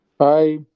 Hi